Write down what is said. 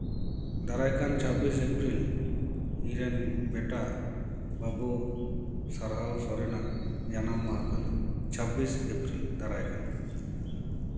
ᱫᱟᱨᱟᱭᱠᱟᱱ ᱪᱷᱟᱵᱽᱵᱤᱥ ᱮᱯᱨᱤᱞ ᱤᱧ ᱨᱮᱱ ᱵᱮᱴᱟ ᱵᱟᱹᱵᱩ ᱥᱟᱨᱦᱟᱣ ᱥᱚᱨᱮᱱᱟᱜ ᱡᱟᱱᱟᱢ ᱢᱟᱦᱟ ᱠᱟᱱᱟ ᱪᱷᱟᱵᱽᱵᱤᱥ ᱮᱯᱨᱤᱞ ᱫᱟᱨᱟᱭ ᱠᱟᱱ